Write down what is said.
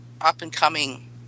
up-and-coming